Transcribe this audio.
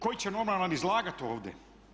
Koji će normalan izlagati ovdje?